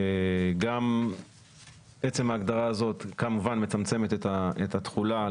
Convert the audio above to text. עצם ההגדרה הזאת כמובן מצמצמת את התחולה,